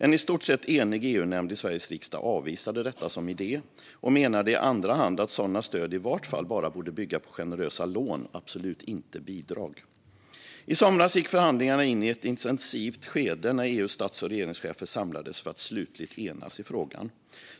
En i stort sett enig EU-nämnd i Sveriges riksdag avvisade detta som idé och menade, i andra hand, att sådana stöd i varje fall bara borde bygga på generösa lån och absolut inte bidrag. Godkännande av rådets beslut om systemet för EU:s egna medel för perioden 2021 och framåt I somras gick förhandlingarna in i ett intensivt skede när EU:s stats och regeringschefer samlades för att slutligt enas i frågan.